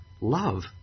love